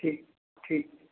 ठीक छै ठीक